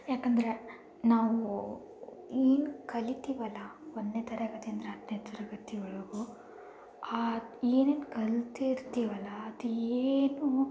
ಯಾಕಂದರೆ ನಾವು ಏನು ಕಲೀತಿವಲ್ಲ ಒಂದನೇ ತರಗತಿಯಿಂದ ಹತ್ತನೇ ತರಗತಿವರೆಗೂ ಆ ಏನೇನು ಕಲಿರ್ತೀವಲ್ಲ ಅದು ಏನೂ